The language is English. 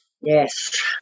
Yes